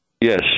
Yes